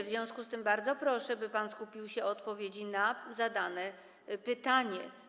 W związku z tym bardzo proszę, by skupił się pan na odpowiedzi na zadane pytanie.